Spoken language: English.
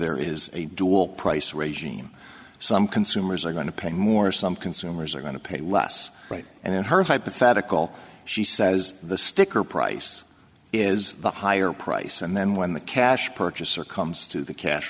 there is a dual price regime some consumers are going to pay more some consumers are going to pay less right and in her hypothetical she says the sticker price is the higher price and then when the cash purchaser comes to the cash